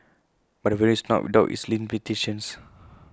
but the venue is not without its limitations